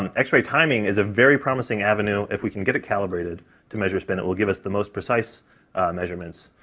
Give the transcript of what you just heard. um x-ray timing is a very promising avenue, if we can get it calibrated to measure spin it will give us the most precise measurements.